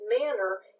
manner